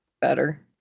better